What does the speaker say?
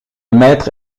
maître